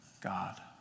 God